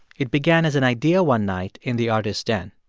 it began as an idea one night in the artist's den.